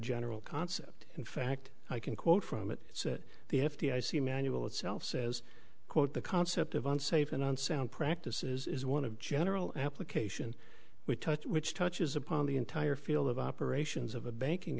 general concept in fact i can quote from it so that the f d i c manual itself says quote the concept of unsafe and unsound practices is one of general application we touch which touches upon the entire field of operations of a banking